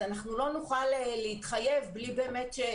אז אנחנו לא נוכל להתחייב בלי ש,